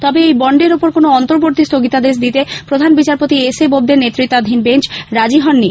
তবে এই বন্ডের ওপর কোনো অন্তর্বর্তী স্থগিতাদেশ দিতে প্রধান বিচারপতি এসএবোবদে র নেতৃত্বাধীন বেঞ্চ রাজি হননি